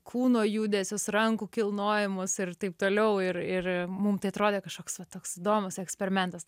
kūno judesius rankų kilnojimus ir taip toliau ir ir mum tai atrodė kažkoks va toks įdomus eksperimentas